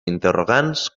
interrogants